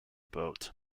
boat